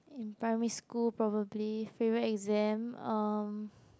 in primary school probably favourite exam um